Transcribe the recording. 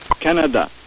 Canada